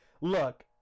Look